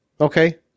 Okay